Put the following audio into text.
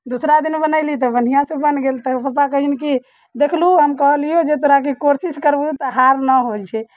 दूसरा दिन बनयली तऽ बढ़िआँ से बनि गेल तऽ पापा कहैत छथिन कि देखलहु हम कहलियै तोराके जे कोशिश करबहुँ तऽ हार नहि होइत छै